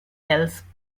else